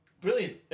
brilliant